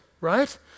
right